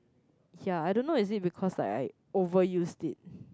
ya I don't know is it because like I overuse it